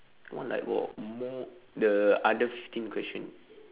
that one like got more the other fifteen question